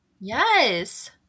yes